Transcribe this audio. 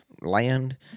land